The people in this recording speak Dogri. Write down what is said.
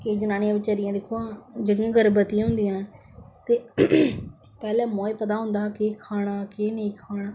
जनानियां बचारियां दिक्खो हां जेहडी गर्भभती होंदी ऐ ते पैहलें मोऐ पता होंदा हा के खाना के नेई खाना